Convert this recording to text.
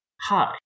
Hi